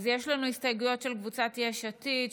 יש לנו הסתייגויות של קבוצת סיעת יש עתיד,